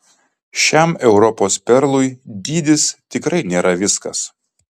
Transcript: šiam europos perlui dydis tikrai nėra viskas